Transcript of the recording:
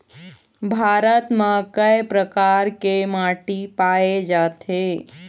भारत म कय प्रकार के माटी पाए जाथे?